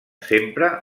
sempre